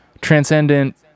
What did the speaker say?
transcendent